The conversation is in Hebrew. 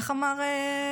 איך אמר?